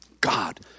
God